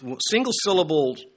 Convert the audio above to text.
single-syllable